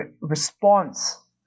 response